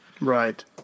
Right